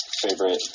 favorite